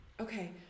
Okay